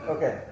Okay